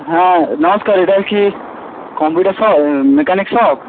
হ্যাঁ নমস্কার এটা কি কম্পিউটার শপ মেকানিক শপ